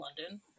London